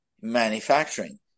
manufacturing